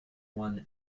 one